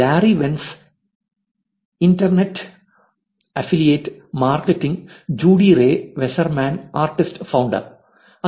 Larry Wentz internet affiliate marketing Judy Rey Wasserman കലാകാരൻ സ്ഥാപകൻ Larry Wentz Internet affiliate Marketing Judy Rey Wasserman artist founder